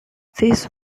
this